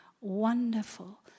wonderful